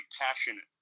passionate